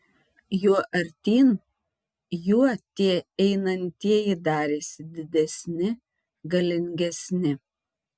juo artyn juo tie einantieji darėsi didesni galingesni